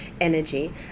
energy